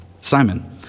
Simon